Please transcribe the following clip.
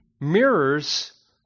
mirrors